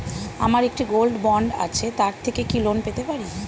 আমার একটি gold bond আছে তার থেকে কি লোন পেতে পারি?